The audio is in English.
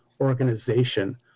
organization